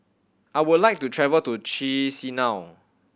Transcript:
I would like to travel to Chisinau